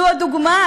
זו הדוגמה?